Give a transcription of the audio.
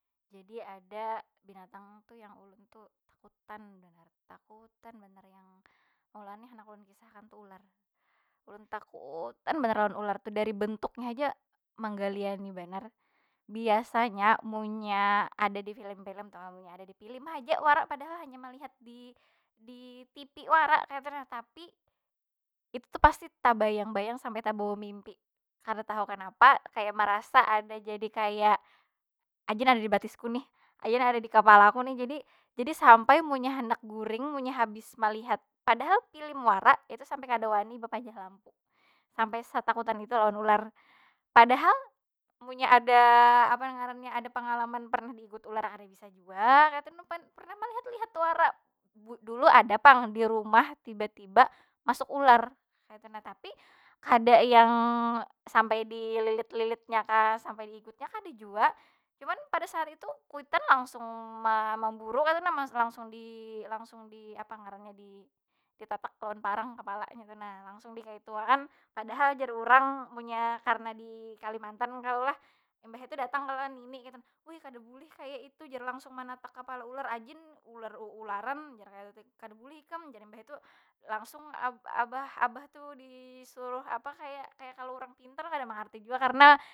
Jadi ada, binatang tu yang ulun tu takutan banar. Takutan banar yang meolah ni ulun handak kisahkan tu ular. Ulun takutan banar lawan ular tu. Dari bentuknya haja menggaliani banar. Biasanya munnya ada di filim- filim tu, amunnya ada di filim aja wara. Padahal hanya malihat di- di tipi wara kaytu nah. Tapi it tu pasti tabayang- bayang sampai tabawa mimpi. Kada tahu kanapa kaya marasa kaya jadi ada kaya, ada di batisku nih, ada di kapala ku nih. Jadi- jadi sampai munnya handak guring, munnya habis malihat, padahal filim wara kaytu. Sampai kada wani bapajah lampu. Sampai setakutan itu lawan ular. Padahal munnya ada apa ni ngarannya ada pengalaman pernah diigut ular kada bisa jua kaytu nah. pernah melihat- lihat wara. Du- dulu ada pang di rumah tiba- tiba masuk ular kaytu nah. Tapi kada yang sampai dililit- lilitnya kah, sampai diigutnya kada jua. Cuman pada saat itu, kuitan langsung mamburu kaytu nah. langsung di- langsung di apa ngarannya? Ditatak lawan parang kapalanya tu nah. Langsung dikaytu akan. Padahal jar urang, munnya karna di kalimantan kalo lah. Imbah itu datang kalo nini kaytu nah. Wuih kada bulih kaya itu, jar. Langsung manatak kapala ular. Ajin ular- uularan jar kaytu tuh. Kada bulih ikam jar nya. Mbah itu langsung abah- abah tu disuruh apa kaya kalau urang pintar? Kada mangarti jua. Karena.